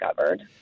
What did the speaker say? discovered